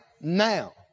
now